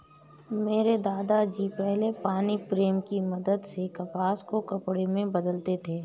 मेरे दादा जी पहले पानी प्रेम की मदद से कपास को कपड़े में बदलते थे